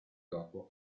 dopo